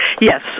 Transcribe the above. Yes